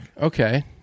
okay